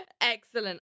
Excellent